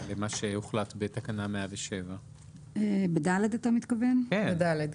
למה שהוחלט בתקנה 107. אתה מתכוון ב-(ד)?